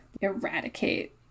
eradicate